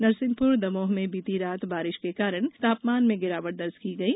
नरसिंहपुर दमोह में बीती रात बारिश के कारण तापमान में गिरावट दर्ज की गयी